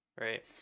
Right